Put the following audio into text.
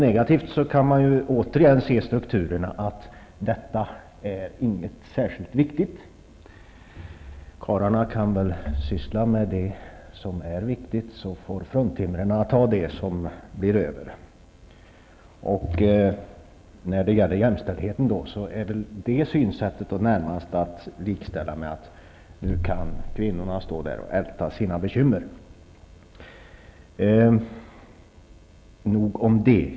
Negativt kan man se det som ett uttryck för att denna fråga inte betraktas som särskilt viktig -- karlarna kan väl syssla med det som är viktigt, så får fruntimren ta hand om det som blir över. När det gäller jämställdheten kan det synsättet illustreras så här: Hur kan kvinnorna stå där och älta sina bekymmer? Nog om detta.